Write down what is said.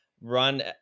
run